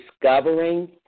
discovering